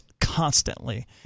constantly